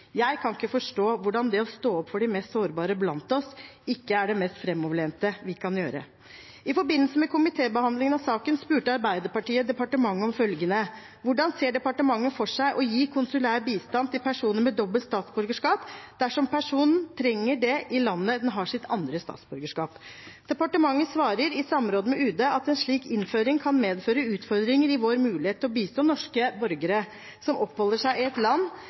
Jeg kan ikke forstå hvordan det å stå opp for de mest sårbare blant oss ikke er det mest framoverlente vi kan gjøre. I forbindelse med komitébehandlingen av saken spurte Arbeiderpartiet departementet om følgende: «Hvordan ser departementet for seg å gi konsulær bistand til personer med dobbelt statsborgerskap dersom en person trenger det i landet den har sitt andre statsborgerskap?» Departementet svarer i samråd med Utenriksdepartementet: «En slik innføring kan medføre utfordringer i vår mulighet til å bistå norske borgere som oppholder seg i et land de også er borgere av.» Videre: «Tilknytning til flere land